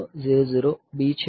તેથી આ interrupt enable છે